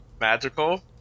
Magical